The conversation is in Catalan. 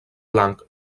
blanc